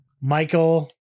Michael